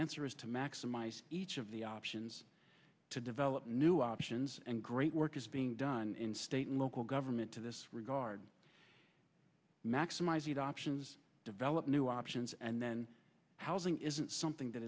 answer is to maximize each of the options to develop new options and great work is being done in state and local government to this regard maximizing the options develop new options and then housing isn't